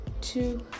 Two